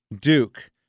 Duke